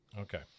Okay